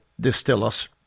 distillers